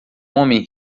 homem